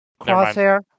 Crosshair